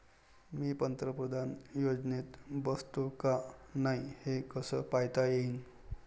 मी पंतप्रधान योजनेत बसतो का नाय, हे कस पायता येईन?